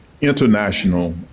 international